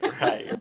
Right